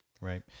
Right